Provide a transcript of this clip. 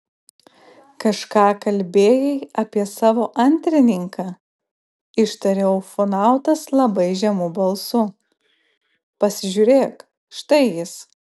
kažką kalbėjai apie savo antrininką ištarė ufonautas labai žemu balsu pasižiūrėk štai jis